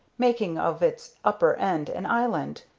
making of its upper end an island,